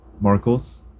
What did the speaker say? Marcos